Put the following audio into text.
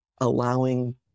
allowing